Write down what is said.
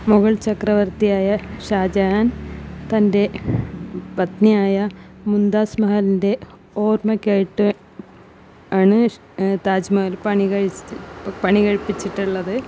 മുഗൾ ചക്രവർത്തിയായ ഷാജഹാൻ തന്റെ പത്നി ആയ മുംതാസ് മഹലിന്റെ ഓർമ്മക്കായിട്ട് ആണ് താജ്മഹൽ പണി കഴി പണി കഴിപ്പിച്ചിട്ടുള്ളത്